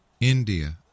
India